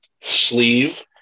sleeve